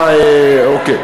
אוקיי,